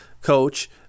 coach